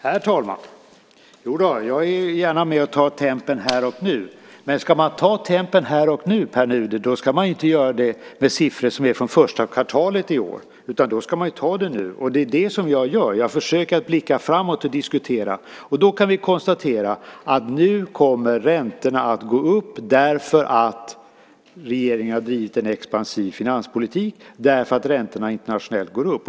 Herr talman! Jodå, jag är gärna med och tar tempen här och nu. Men ska man ta tempen här och nu, Pär Nuder, ska man ju inte göra det med siffror som är från första kvartalet i år, utan då ska man ta de som är nu. Det är det som jag gör. Jag försöker att blicka framåt och diskutera. Då kan vi konstatera att nu kommer räntorna att gå upp, därför att regeringen har drivit en expansiv finanspolitik och därför att räntorna internationellt går upp.